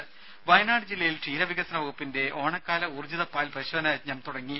ദേദ വയനാട് ജില്ലയിൽ ക്ഷീരവികസന വകുപ്പിന്റെ ഓണക്കാല ഊർജ്ജിത പാൽ പരിശോധനാ യജ്ഞം തുടങ്ങി